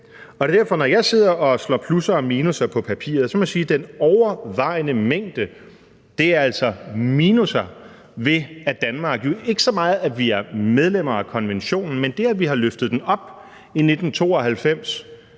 og det er derfor, at jeg, når jeg sidder og slår plusser og minusser på papiret, så må sige, at den overvejende mængde altså er minusser ved det for Danmark. Det er jo ikke så meget, at vi er medlemmer af konventionen, men det er deri, at vi i 1992